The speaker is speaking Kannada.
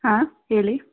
ಹಾಂ ಹೇಳಿ